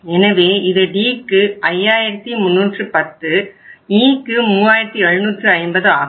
எனவே இது Dக்கு 5310 Eக்கு 3750 ஆகும்